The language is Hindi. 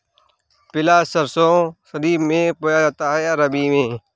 पिला सरसो खरीफ में बोया जाता है या रबी में?